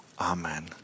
amen